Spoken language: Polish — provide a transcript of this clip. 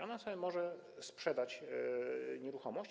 Ona sobie może sprzedać nieruchomość.